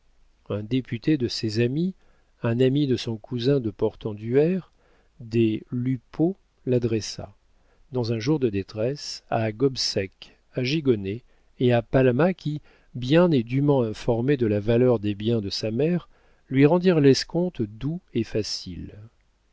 un député de ses amis un ami de son cousin de portenduère des lupeaulx l'adressa dans un jour de détresse à gobseck à gigonnet et à palma qui bien et dûment informés de la valeur des biens de sa mère lui rendirent l'escompte doux et facile